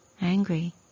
angry